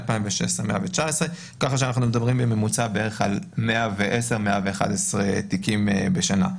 בשנת 2016 119. ככה שאנחנו מדברים בממוצע בערך על 111-110 תיקים בשנה.